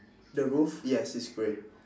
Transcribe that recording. the roof yes it's grey